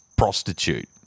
prostitute